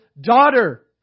daughter